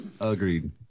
Agreed